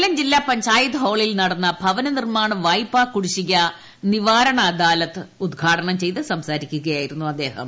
കൊല്ലം ജില്ലാ പഞ്ചായത്ത് ഹാളിൽ നടന്ന ഭവന നിർമാണ വായ്പാ കുടിശിക നിവാരണ അദാലത്ത് ഉദ്ഘാടനം ചെയ്തു സംസാരിക്കുകയായിരുന്നു അദ്ദേഹം